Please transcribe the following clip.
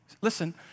listen